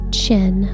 chin